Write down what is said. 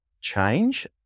change